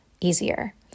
easier